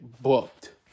booked